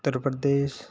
Uttar Pradesh